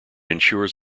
ensures